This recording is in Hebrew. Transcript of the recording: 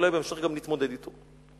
אולי אפשר להתמודד אתו.